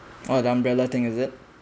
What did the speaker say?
oh the umbrella thing is it